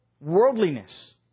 worldliness